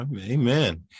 Amen